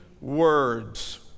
words